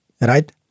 Right